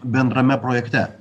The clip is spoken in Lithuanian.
bendrame projekte